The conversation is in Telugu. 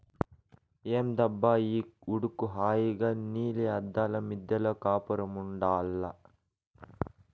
ఏందబ్బా ఈ ఉడుకు హాయిగా నీలి అద్దాల మిద్దెలో కాపురముండాల్ల